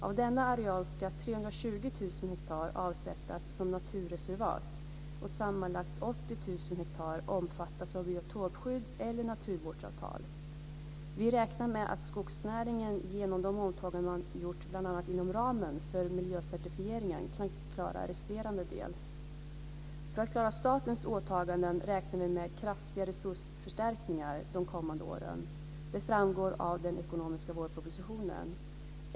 Av denna areal ska 320 000 hektar avsättas som naturreservat och sammanlagt 80 000 hektar omfattas av biotopskydd eller naturvårdsavtal. Vi räknar med att skogsnäringen genom de åtaganden man gjort bl.a. inom ramen för miljöcertifieringen kan klara resterande del. För att klara statens åtaganden räknar vi med kraftiga resursförstärkningar de kommande åren. Det framgår av den ekonomiska vårpropositionen.